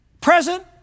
present